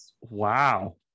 wow